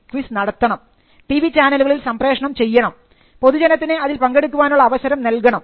quiz നടത്തണം TV ചാനലുകളിൽ സംപ്രേഷണം ചെയ്യണം പൊതുജനത്തിന് അതിൽ പങ്കെടുക്കാനുള്ള അവസരം നൽകണം